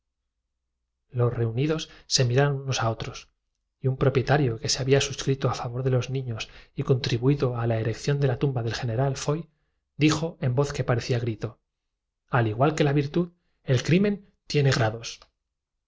lo reunidos se miraron unos a otros y un propietario que se había gusto votemos suscrito a favor de los niños y contribuido a la erección de la tumba votemos exclamaron a una mis convidados del general foy dijo en voz que parecía grito hice repartir entre ellos sendos pares de bolas una blanca y otra jigual que la virtud el crimen tiene gradosi